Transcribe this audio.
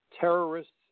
Terrorists